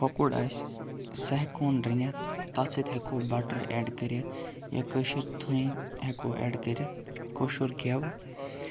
کۄکُر آسہِ سُہ ہیٚکون رٔنِتھ تَتھ سۭتۍ ہیٚکو بَٹَر ایٚڈ کٔرِتھ یا کٲشِر تھٔنۍ ہیٚکو ایٚڈ کٔرِتھ کوشُر گیٚو